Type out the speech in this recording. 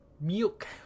Milk